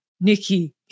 Nikki